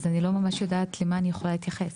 אז אני לא ממש יודעת למה אני יכולה להתייחס.